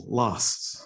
lusts